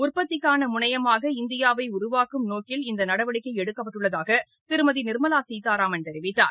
உற்பத்திக்கானமுனையமாக நோக்கில் இந்தியாவைஉருவாக்கும் இந்தநடவடிக்கைஎடுக்கப்பட்டுள்ளதாகதிருமதிநிர்மலாசீதாராமன் தெரிவித்தார்